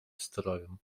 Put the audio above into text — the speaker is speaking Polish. strojom